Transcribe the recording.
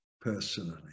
personally